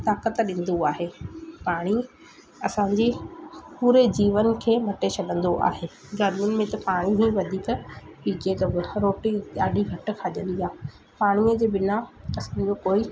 ताक़त ॾींदो आहे पाणी असांजी पूरे जीवन खे मटे छॾंदो आहे गर्मियुनि में त पाणी ई वधीक पीअजे वञे रोटी ॾाढी घटि खाइजंदी आहे पाणीअ जे बिना असांजो कोई